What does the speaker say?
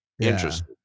Interesting